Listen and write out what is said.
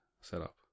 setup